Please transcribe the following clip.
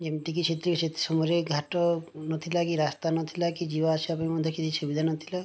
ଯେମିତିକି ସେତେ ସେ ସମୟରେ ଘାଟ ନଥିଲା କି ରାସ୍ତା ନଥିଲା କି ଯିବା ଆସିବା ପାଇଁ ମଧ୍ୟ କିଛି ସୁବିଧା ନଥିଲା